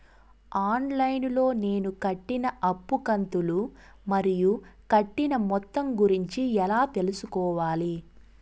On line లో నేను కట్టిన అప్పు కంతులు మరియు కట్టిన మొత్తం గురించి ఎలా తెలుసుకోవాలి?